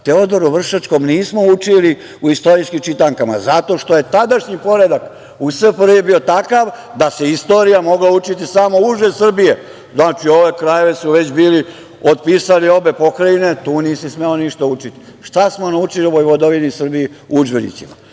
Teodoru Vršačkom nismo učili u istorijskim čitankama, zato što je tadašnji poredak u SFRJ bio takav da se istorija mogla učiti samo uže Srbije. Znači, ove krajeve su već bili otpisali obe pokrajine, tu nisi smeo ništa učiti. Šta smo naučili o Vojvodovini Srbiji u udžbenicima?